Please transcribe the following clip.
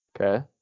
Okay